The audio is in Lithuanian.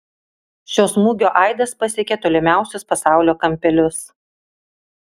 šio smūgio aidas pasiekė tolimiausius pasaulio kampelius